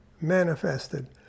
manifested